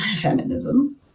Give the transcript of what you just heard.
feminism